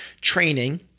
training